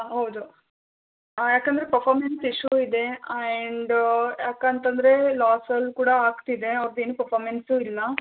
ಹೌದು ಯಾಕಂದರೆ performance issue ಇದೆ ಆ್ಯಂಡ ಯಾಕಂತಂದರೆ ಲಾಸಲ್ಲಿ ಕೂಡ ಆಗ್ತಿದೆ ಅವ್ರದ್ದೇನು ಪರ್ಫಾರ್ಮೆನ್ಸು ಇಲ್ಲ